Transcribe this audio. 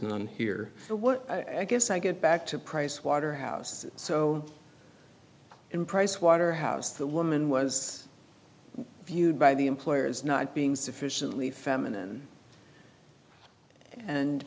none here for what i guess i get back to pricewaterhouse so in pricewaterhouse the woman was viewed by the employers not being sufficiently feminine and